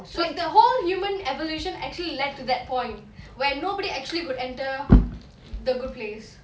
like the whole human evolution actually led to that point where nobody actually could enter the good place